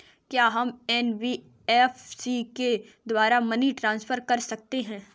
क्या हम एन.बी.एफ.सी के द्वारा मनी ट्रांसफर कर सकते हैं?